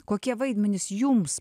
kokie vaidmenys jums